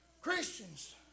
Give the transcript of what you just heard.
Christians